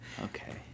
Okay